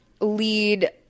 lead